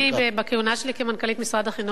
בכהונה שלי כמנכ"לית משרד החינוך ראיתי